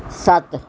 ਸੱਤ